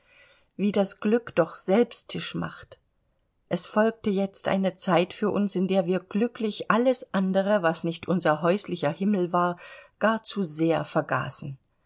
wie das glück doch selbstisch macht es folgte jetzt eine zeit für uns in der wir glücklich alles andere was nicht unser häuslicher himmel war gar zu sehr vergaßen